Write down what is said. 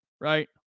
right